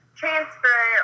transfer